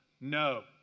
No